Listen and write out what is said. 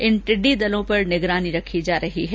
इन टिड्डी दलों पर निगरानी रखी जा रही है